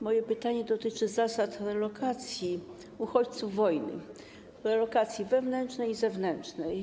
Moje pytanie dotyczy zasad relokacji uchodźców wojennych, relokacji wewnętrznej i zewnętrznej.